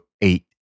eight